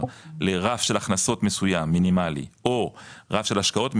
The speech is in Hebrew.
לרף של הכנסות מסוים מינימלי או רף של השקעות מינימלי,